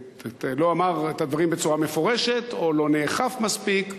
אמר את הדברים בצורה מפורשת או לא נאכף מספיק,